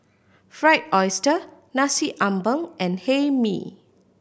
Fried Oyster Nasi Ambeng and Hae Mee